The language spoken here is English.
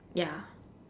ya